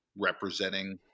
representing